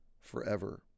forever